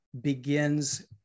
begins